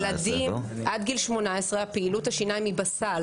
עד גיל 18 פעילות השיניים היא בסל,